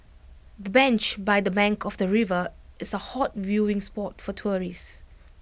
the bench by the bank of the river is A hot viewing spot for tourists